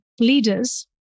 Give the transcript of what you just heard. leaders